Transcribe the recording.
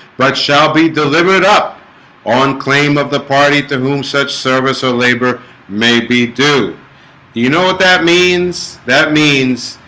but shall be delivered up on claim of the party to whom such service or labor may be due do you know what that means that means?